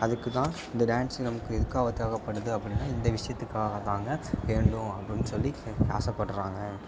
அதுக்கு தான் இந்த டான்ஸ் நமக்கு எதுக்காக தேவைப்படுது அப்படின்னா இந்த விஷயத்துக்காக தான்ங்க வேண்டும் அப்படின்னு சொல்லி இதுக்கு ஆசைப்பட்றாங்க